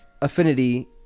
affinity